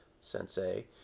sensei